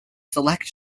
select